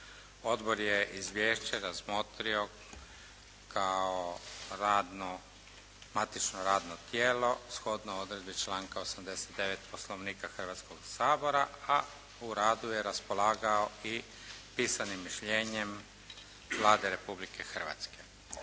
Odbor je izvješće razmotrio kao radno, matično radno tijelo shodno odredbi članka 89. Poslovnika Hrvatskog sabora, a u radu je raspolagao i pisanim mišljenjem Vlade Republike Hrvatske.